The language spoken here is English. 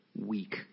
weak